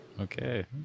Okay